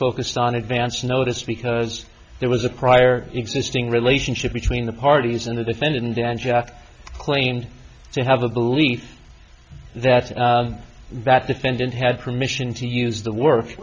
focused on advance notice because there was a prior existing relationship between the parties and the defendant and claimed to have a belief that that defendant had permission to use the wor